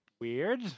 weird